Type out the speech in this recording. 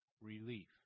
relief